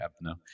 no